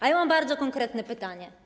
A ja mam bardzo konkretne pytanie.